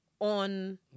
on